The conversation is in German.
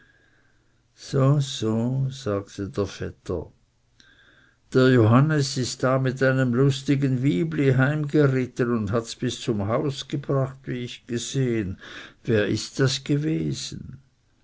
so so sagte der vetter dr johannes ist da mit einem lustigen wybli heimgeritten und hats bis zum haus gebracht wie ich gesehen wer ist das gewesen